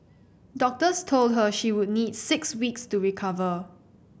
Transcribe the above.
doctors told her she would need six weeks to recover